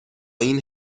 این